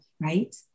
right